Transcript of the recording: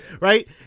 right